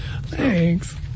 Thanks